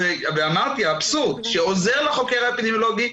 שזה אבסורד כאשר לגבי עוזר לחוקר האפידמיולוגי,